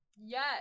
yes